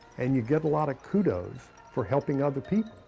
and you get a lot of kudos for helping other people.